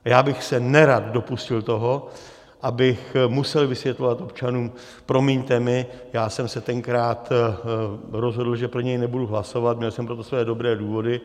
A já bych se nerad dopustil toho, abych musel vysvětlovat občanům: promiňte mi, já jsem se tenkrát rozhodl, že pro něj nebudu hlasovat, měl jsem pro to své dobré důvody.